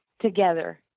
together